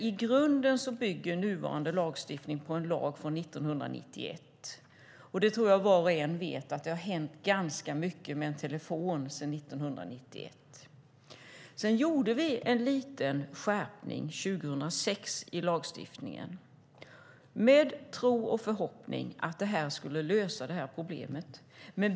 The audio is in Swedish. I grunden bygger nuvarande lagstiftning på en lag från 1991, men var och en vet att det har hänt ganska mycket med telefoni sedan 1991. Vi gjorde en liten skärpning i lagstiftningen 2006 med tro och förhoppning att det skulle lösa problemet.